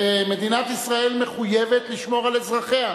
ומדינת ישראל מחויבת לשמור על אזרחיה.